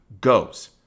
goes